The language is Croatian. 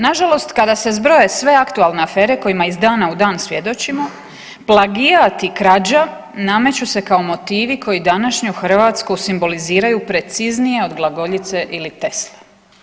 Nažalost kada se zbroje aktualne afere kojima iz dana u dan svjedočimo plagijat i krađa nameću se kao motivi koji današnju Hrvatsku simboliziraju preciznije od glagoljice ili Tesle.